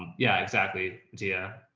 yeah, exactly. dia,